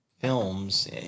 films